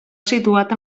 situat